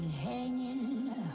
hanging